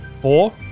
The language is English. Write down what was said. Four